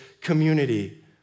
community